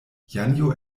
janjo